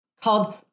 called